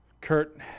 Kurt